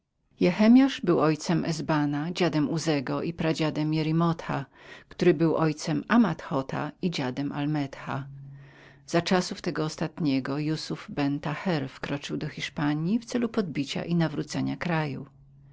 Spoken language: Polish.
jehemiasz był ojcem ezebona dziadem uzego i pradziadem jerimotha który był ojcem amathota i dziadem almetha za tego ostatniego czasów jusuf ben taher wkroczył do hiszpanji w celu podbicia i nawrócenia kraju